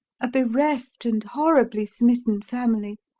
a bereft and horribly smitten family.